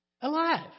alive